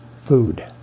food